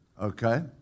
Okay